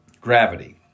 Gravity